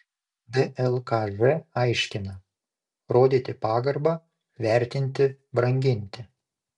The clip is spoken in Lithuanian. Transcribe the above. dlkž aiškina rodyti pagarbą vertinti branginti